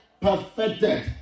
perfected